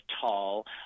tall